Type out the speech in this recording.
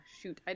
shoot